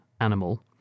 animal